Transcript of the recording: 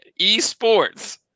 eSports